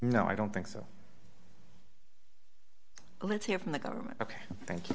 know i don't think so let's hear from the government ok thank you